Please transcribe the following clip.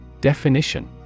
Definition